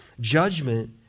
Judgment